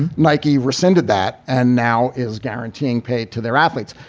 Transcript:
and nike rescinded that and now is guaranteeing pay to their athletes.